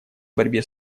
борьбе